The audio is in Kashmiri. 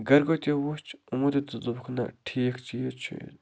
گَرکیو تہِ وٕچھ یِمو تہِ دوٚپُکھ نَہ ٹھیٖک چیٖز چھُ یہِ اوٚنمُت